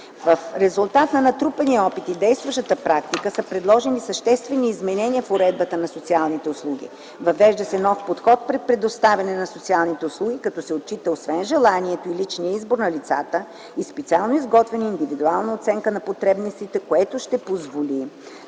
В резултат на натрупания опит и действащата практика са предложени съществени изменения в уредбата на социалните услуги. Въвежда се нов подход при предоставянето на социалните услуги, като ще се отчита освен желанието и личният избор на лицата и специално изготвена индивидуална оценка на потребностите, което ще позволи